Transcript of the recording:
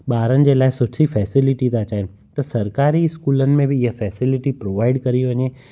ॿारनि जे लाइ सुठी फैसिलिटी था चवनि त सरकारी स्कूलनि में बि इहा फैसिलिटी प्रोवाइड करी वञे